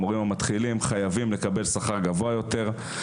המורים המתחילים חייבים לקבל שכר גבוה יותר.